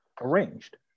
arranged